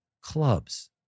clubs